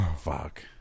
Fuck